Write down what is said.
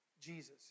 Jesus